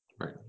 Right